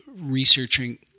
researching